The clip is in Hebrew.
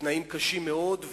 בתנאים קשים מאוד,